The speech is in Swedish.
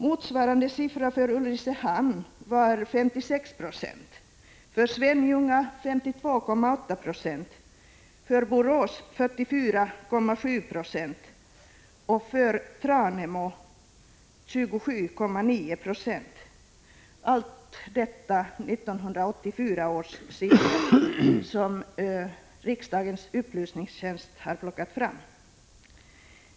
Motsvarande siffra för Ulricehamn var 56 96, för är angivna i 1984 års siffror, som riksdagens upplysningstjänst har tagit fram.